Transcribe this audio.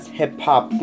hip-hop